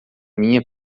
minha